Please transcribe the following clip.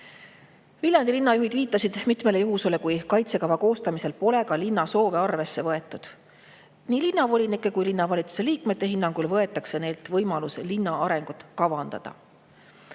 Viljandi linna juhid viitasid [oma kirjas] mitmele juhtumile, kus kaitsekava koostamisel pole linna soove arvesse võetud. Nii linnavolinike kui ka linnavalitsuse liikmete hinnangul võetakse neilt võimalus kavandada